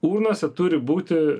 urnose turi būti